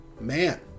man